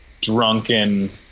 drunken